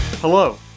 Hello